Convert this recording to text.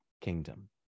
kingdom